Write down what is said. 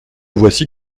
voici